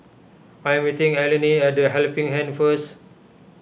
I am meeting Allene at the Helping Hand first